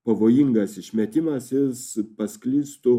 pavojingas išmetimas jis pasklistų